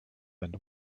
and